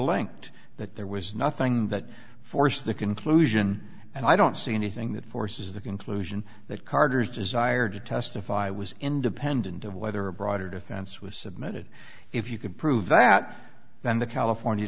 linked that there was nothing that forced the conclusion and i don't see anything that forces the conclusion that carter's desire to testify was independent of whether a broader defense was submitted if you could prove that then the california